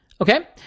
okay